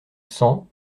cent